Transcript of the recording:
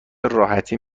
راحتی